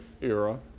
era